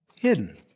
hidden